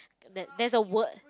that there's a word